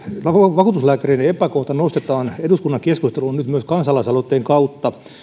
vakuutuslääkäreiden epäkohta nostetaan eduskunnan keskusteluun nyt myös kansalaisaloitteen kautta